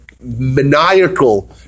maniacal